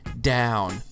down